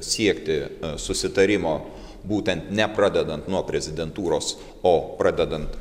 siekti susitarimo būtent ne pradedant nuo prezidentūros o pradedant